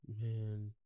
man